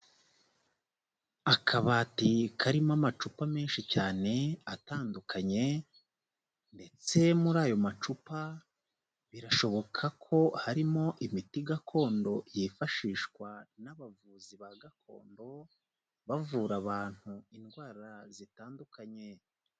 Akabati karimo amacupa menshi cyane atandukanye, ndetse muri ayo macupa birashoboka ko harimo imiti gakondo yifashishwa n'abavuzi ba gakondo bavura abantu indwara zitandukanye.